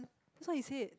that's what he said